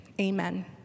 Amen